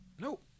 Nope